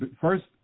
first